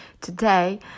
Today